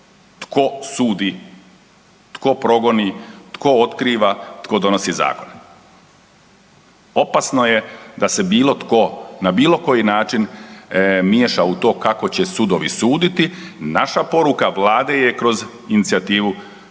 tko sudi, tko progoni, tko otkriva, tko donosi zakone. Opasno je da se bilo tko na bilo koji način miješa u to kako će sudovi suditi. Naša poruka Vlade je kroz inicijativu,